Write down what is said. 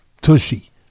tushy